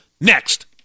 next